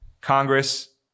Congress